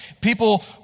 People